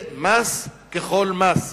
זה מס ככל מס.